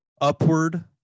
Upward